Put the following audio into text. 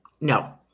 no